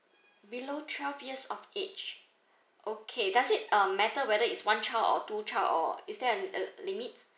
below twelve years of age okay does it uh matter whether is one child or two child or is there an a limit